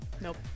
Nope